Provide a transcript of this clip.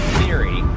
theory